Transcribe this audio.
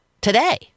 today